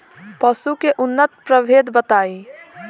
पशु के उन्नत प्रभेद बताई?